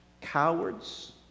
cowards